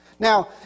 Now